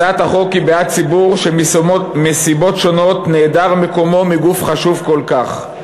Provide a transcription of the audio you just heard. הצעת החוק היא בעד ציבור שמסיבות שונות נעדר מקומו מגוף חשוב כל כך,